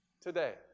today